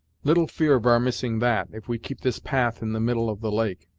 little fear of our missing that, if we keep this path in the middle of the lake,